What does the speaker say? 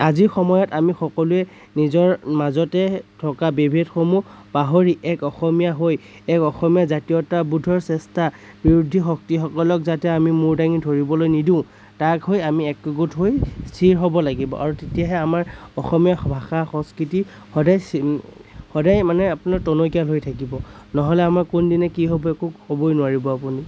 আজিৰ সময়ত আমি সকলোৱে নিজৰ মাজতে থকা বিভেদসমূহ পাহৰি এক অসমীয়া হৈ এক অসমীয়া জাতীয়তাবোধৰ চেষ্টা বিৰোধী শক্তিসকলক যাতে আমি মূৰ দাঙি ধৰিবলৈ নিদিও তাৰ হৈ আমি একগোট হৈ স্থিৰ হ'ব লাগিব আৰু তেতিয়াহে আমাৰ অসমীয়া ভাষা সংস্কৃতি সদায় স্থিৰ সদায় মানে আপোনাৰ টনকিয়াল হৈ থাকিব নহ'লে আমাৰ কোন দিনা কি হ'ব একো কবই নোৱাৰিব আপুনি